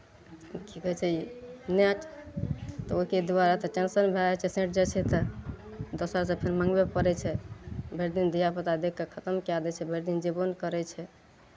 की कहै छै नेट तऽ ओहिके दुआरे तऽ टेन्शन भए जाइ छै सठि जाइ छै तऽ दोसर दोसर मङ्गबय पड़ै छै भरि दिन धियापुता देख कऽ खतम कए दै छै भरि दिन जेबो नहि करै छै